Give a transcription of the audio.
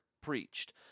preached